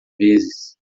vezes